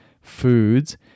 foods